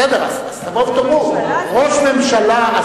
בסדר, אז תבואו ותאמרו, בממשלה זו.